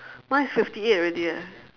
mine is fifty eight already eh